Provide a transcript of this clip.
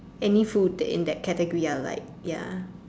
any food that in that category are like ya